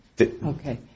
Okay